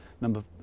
number